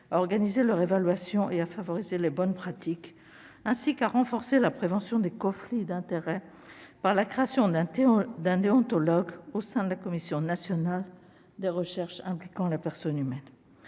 à organiser leur évaluation et à favoriser les bonnes pratiques, ainsi qu'à renforcer la prévention des conflits d'intérêts par la création d'un déontologue au sein de la Commission nationale des recherches impliquant la personne humaine.